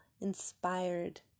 inspired